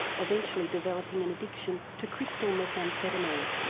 eventually developing an addiction to crystal methamphetamine.